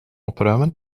opruimen